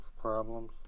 problems